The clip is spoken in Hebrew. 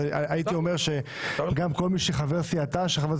הייתי אומר שכל מה שחבר סיעתה של אורית